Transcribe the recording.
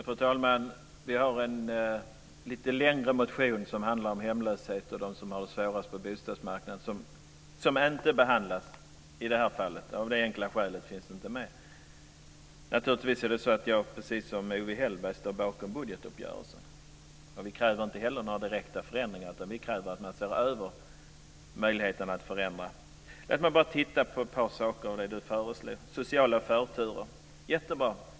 Fru talman! Vi har en lite längre motion om hemlöshet och om dem som har det svårast på bostadsmarknaden - en motion som inte behandlas i det här sammanhanget och som av det enkla skälet inte finns med. Naturligtvis står jag, precis som Owe Hellberg, bakom budgetuppgörelsen. Vi kräver inte några direkta förändringar, utan vi kräver att man ser över möjligheterna till förändringar. Låt mig ta upp ett par saker när det gäller Ulla Sociala förturer - jättebra.